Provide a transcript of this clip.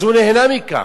אז הוא נהנה מכך,